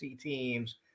teams